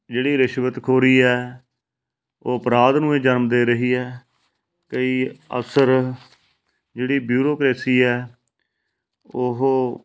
ਜਿਹੜੀ ਰਿਸ਼ਵਤਖੋਰੀ ਆ ਉਹ ਅਪਰਾਧ ਨੂੰ ਏ ਜਨਮ ਦੇ ਰਹੀ ਹੈ ਕਈ ਅਫ਼ਸਰ ਜਿਹੜੀ ਬਿਊਰੋਕਰੇਸੀ ਹੈ ਉਹ